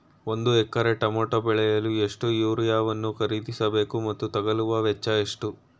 ಒಂದು ಎಕರೆ ಟಮೋಟ ಬೆಳೆಯಲು ಎಷ್ಟು ಯೂರಿಯಾವನ್ನು ಖರೀದಿಸ ಬೇಕು ಮತ್ತು ತಗಲುವ ವೆಚ್ಚ ಎಷ್ಟು?